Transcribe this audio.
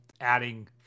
adding